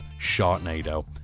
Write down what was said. Sharknado